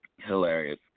Hilarious